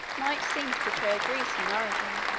might seem to betray a grecian origin